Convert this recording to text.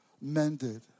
mended